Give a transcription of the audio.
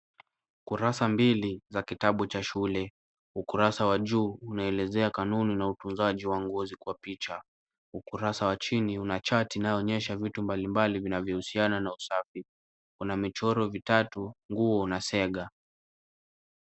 Kurasa mbili, za kitabu cha shule, ukurasa wa juu unaelezea kanuni na utunzwaji wa nguzo kwa picha. Ukurasa wa chini una chati inayoonyesha vitu mbalimbali vinavyohusiana na usafi, kuna michoro vitatu nguo na sega .